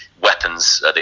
weapons